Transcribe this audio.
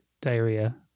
diarrhea